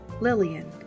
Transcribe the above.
Lillian